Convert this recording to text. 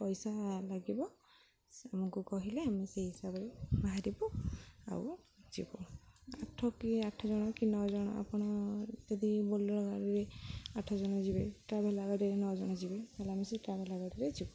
ପଇସା ଲାଗିବ ଆମକୁ କହିଲେ ଆମେ ସେଇ ହିସାବରେ ବାହାରିବୁ ଆଉ ଯିବୁ ଆଠ କି ଆଠ ଜଣ କି ନଅ ଜଣ ଆପଣ ଯଦି ବୋଲେରୋ ଗାଡ଼ିରେ ଆଠ ଜଣ ଯିବେ ଟ୍ରାଭେଲା ଗାଡ଼ିରେ ନଅ ଜଣ ଯିବେ ତାହେଲେ ଆମେ ସେଇ ଟ୍ରାଭେଲା ଗାଡ଼ିରେ ଯିବୁ